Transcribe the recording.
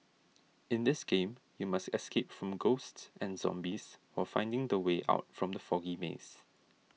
in this game you must escape from ghosts and zombies while finding the way out from the foggy maze